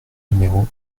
numéro